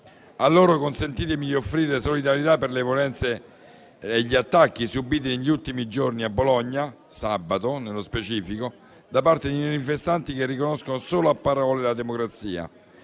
A loro consentitemi di offrire solidarietà per le violenze e gli attacchi subiti negli ultimi giorni a Bologna (sabato nello specifico) da parte di manifestanti che riconoscono solo a parole della democrazia;